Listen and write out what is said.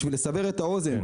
בשביל לסבר את האוזן,